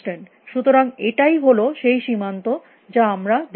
সুতরাং এটাই হল সেই সীমান্ত যা আমরা দেখছিলাম